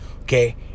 okay